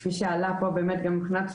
כפי שעלה פה בשאלות,